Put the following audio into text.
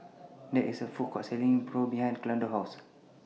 There IS A Food Court Selling Pho behind Orlando's House